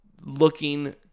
looking